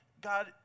God